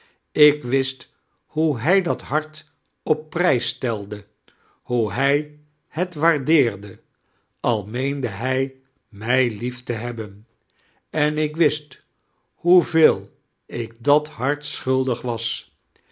ik wist hoe hij dat hart op prijs steidfa hoe hij het waardleerde ai meende hij mij lief to hefobem en ik wist hoeveel ik dat hart schulddg was